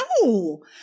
no